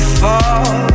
fall